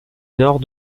nord